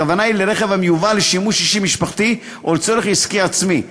הכוונה היא לרכב המיובא לשימוש אישי-משפחתי או לצורך עסקי-עצמי.